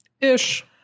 ish